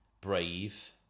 brave